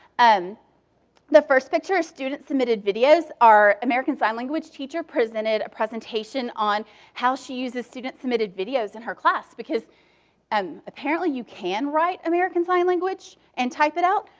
um the first picture is student submitted videos. our american sign language teacher presented a presentation on how she uses student submitted videos in her class, because and apparently you can write american sign language and type it out,